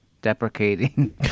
Deprecating